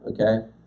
Okay